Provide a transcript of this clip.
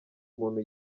muntu